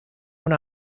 una